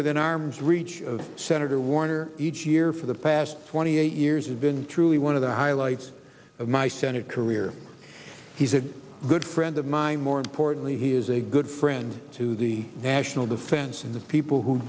within arm's reach of senator warner each year for the past twenty eight years has been truly one of the highlights of my senate career he's a good friend of mine more importantly he is a good friend to the national defense and the people who